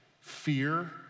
fear